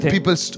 people